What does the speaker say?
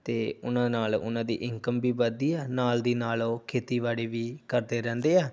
ਅਤੇ ਉਹਨਾਂ ਨਾਲ ਉਹਨਾਂ ਦੀ ਇਨਕਮ ਵੀ ਵੱਧਦੀ ਆ ਨਾਲ ਦੀ ਨਾਲ ਉਹ ਖੇਤੀਬਾੜੀ ਵੀ ਕਰਦੇ ਰਹਿੰਦੇ ਆ